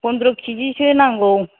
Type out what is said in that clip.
फन्द्र' केजिसो नांगौ